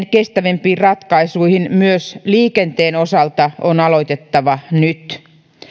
kestävämpiin ratkaisuihin myös liikenteen osalta on aloitettava nyt